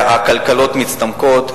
והכלכלות מצטמקות.